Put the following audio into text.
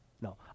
No